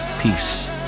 peace